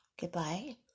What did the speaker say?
Goodbye